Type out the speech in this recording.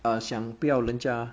err 想不要人家